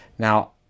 Now